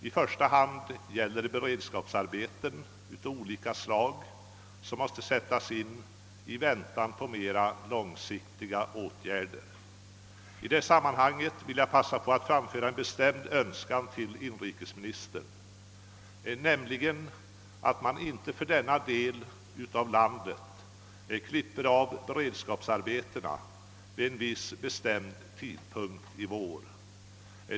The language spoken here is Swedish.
I första hand måste beredskapsarbeten av olika slag tillgripas i väntan på mera långsiktiga åtgärder. I detta sammanhang vill jag passa på att framföra en bestämd önskan till inrikesministern, nämligen att man inte för denna del av landet klipper av beredskapsarbetena vid en viss, bestämd tidpunkt i vår.